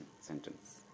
sentence